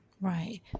Right